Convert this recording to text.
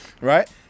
right